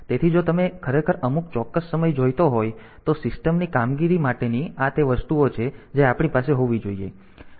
તેથી જો તમને ખરેખર અમુક ચોક્કસ સમય જોઈતો હોય તો સિસ્ટમની કામગીરી માટેની આ તે વસ્તુઓ છે જે આપણી પાસે હોવી જોઈએ